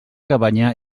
cabanya